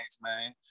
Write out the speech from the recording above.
man